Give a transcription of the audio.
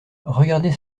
regardez